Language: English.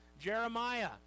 Jeremiah